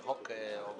אבל החוק עובר,